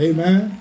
Amen